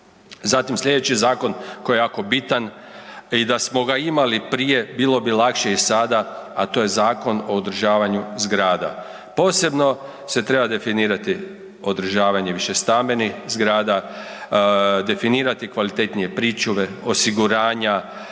Zatim slijedeći zakon koji je jako bitan i da smo ga imali prije bilo bi lakše i sada, a to je Zakon o održavanju zgrada. Posebno se treba definirati održavanje višestambenih zgrada, definirati kvalitetnije pričuve, osiguranja,